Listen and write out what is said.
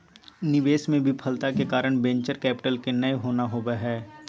निवेश मे विफलता के कारण वेंचर कैपिटल के नय होना होबा हय